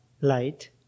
Light